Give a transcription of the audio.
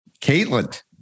Caitlin